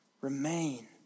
remain